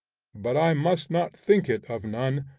but i must not think it of none,